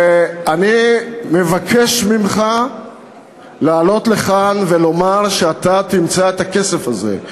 ואני מבקש ממך לעלות לכאן ולומר שאתה תמצא את הכסף הזה.